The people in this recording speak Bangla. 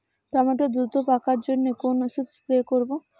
টমেটো দ্রুত পাকার জন্য কোন ওষুধ স্প্রে করব?